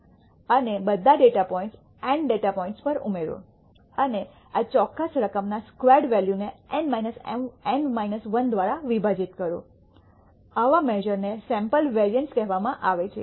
અને બધા data points n data points પર ઉમેરો અને આ ચોક્કસ રકમના સ્ક્વેર્ડ વૅલ્યુ ને N 1 દ્વારા વિભાજીત કરો આવા મેશ઼રને સૈમ્પલ વેરિઅન્સ કહેવામાં આવે છે